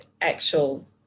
actual